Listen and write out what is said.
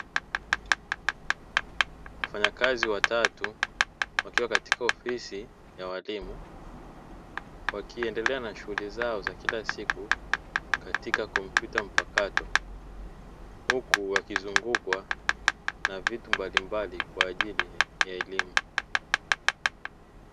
Wafanyakazi watatu wakiwa katika ofisi ya walimu, wakiendelea na shughuli zao za kila siku katika kompyuta mpakato huku wakizungukwa na vitu mbalimbali kwaajili ya elimu.